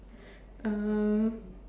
um